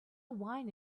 wine